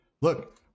look